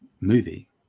movie